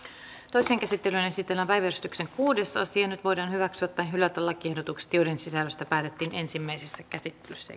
toiseen käsittelyyn esitellään päiväjärjestyksen kuudes asia nyt voidaan hyväksyä tai hylätä lakiehdotukset joiden sisällöstä päätettiin ensimmäisessä käsittelyssä